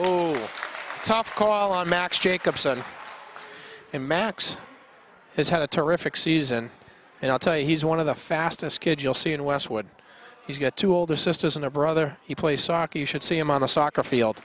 way tough call on max jacobsen imac has had a terrific season and i'll tell you he's one of the fastest kids you'll see in westwood he's got two older sisters and a brother he plays soccer you should see him on a soccer field